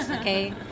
Okay